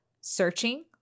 Searching